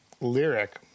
lyric